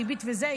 ריבית וזה,